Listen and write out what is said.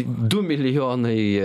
du milijonai